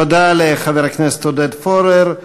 תודה לחבר הכנסת עודד פורר.